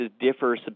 differ